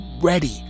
ready